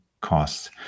costs